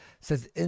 says